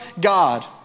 God